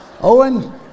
Owen